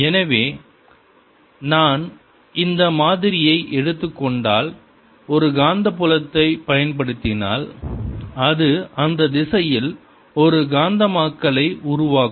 எனவே நான் இந்த மாதிரியை எடுத்துக் கொண்டால் ஒரு காந்தப்புலத்தைப் பயன்படுத்தினால் அது அந்த திசையில் ஒரு காந்தமாக்கலை உருவாக்கும்